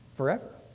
Forever